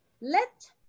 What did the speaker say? Let